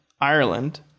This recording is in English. Ireland